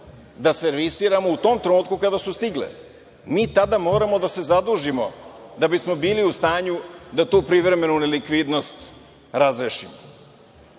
da servisiramo u tom trenutku kada su stigle. Mi tada moramo da se zadužimo da bismo bili u stanju da tu privremenu nelikvidnost razrešimo.